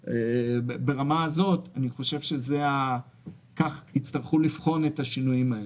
ברמה הזאת, כך יצטרכו לבחון את השינויים האלה.